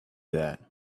that